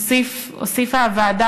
הוסיפה הוועדה,